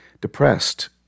depressed